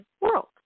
world